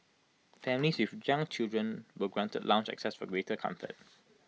families with young children were granted lounge access for greater comfort